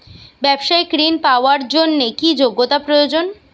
ব্যবসায়িক ঋণ পাওয়ার জন্যে কি যোগ্যতা প্রয়োজন?